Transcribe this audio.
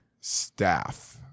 staff